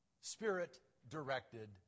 spirit-directed